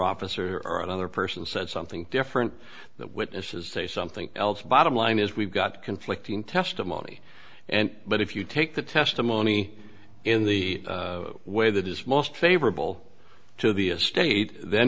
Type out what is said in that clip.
officer or another person said something different that witnesses say something else bottom line is we've got conflicting testimony and but if you take the testimony in the way that is most favorable to the estate then